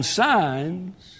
signs